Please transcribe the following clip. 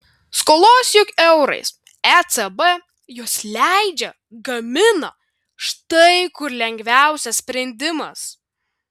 skolos juk eurais ecb juos leidžia gamina štai kur lengviausias sprendimas